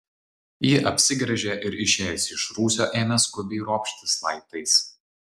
ji apsigręžė ir išėjusi iš rūsio ėmė skubiai ropštis laiptais